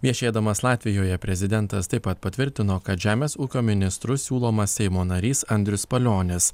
viešėdamas latvijoje prezidentas taip pat patvirtino kad žemės ūkio ministru siūlomas seimo narys andrius palionis